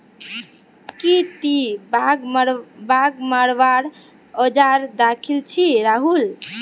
की ती बाघ मरवार औजार दखिल छि राहुल